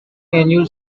annual